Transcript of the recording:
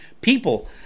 people